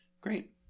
great